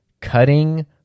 cutting